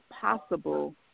possible